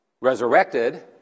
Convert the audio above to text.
resurrected